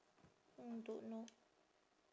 mm don't know